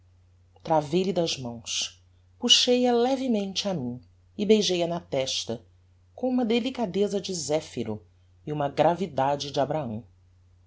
papel travei lhe das mãos puxei a levemente a mim e beijei-a na testa com uma delicadeza de zephyro e uma gravidade de abrahão